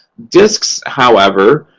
discs, however,